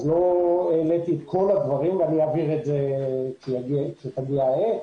לכן לא העליתי את כל הדברים אבל אני אעביר את המסמך כשתגיע העת.